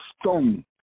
stone